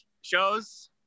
shows